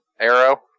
Arrow